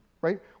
right